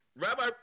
Rabbi